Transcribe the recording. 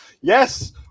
yes